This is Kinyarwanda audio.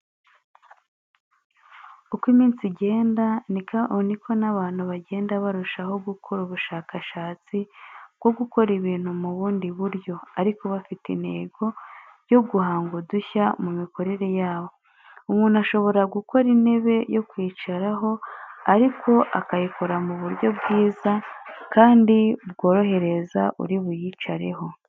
Uko iminsi igenda niko n'abantu bagenda barushaho gukora ubushakashatsi bwo gukora ibintu mu bundi buryo ariko bafite intego yo guhanga udushya mu mikorere yabo. Umuntu ashobora gukora intebe yo kwicaraho ariko akayikora mu buryo bwiza kandi bworohereza uri buyicareho.